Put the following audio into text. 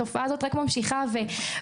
התופעה הזאת רק ממשיכה וגדלה.